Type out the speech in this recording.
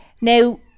Now